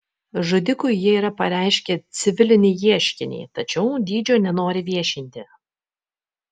žudikui jie yra pareiškę civilinį ieškinį tačiau dydžio nenori viešinti